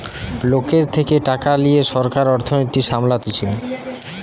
লোকের থেকে টাকা লিয়ে সরকার অর্থনীতি সামলাতিছে